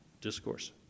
discourse